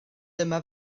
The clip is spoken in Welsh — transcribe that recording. dyma